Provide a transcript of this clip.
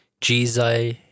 Jesus